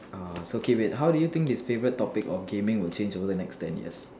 uh so K wait how do you think this favourite topic of gaming will change over the next ten years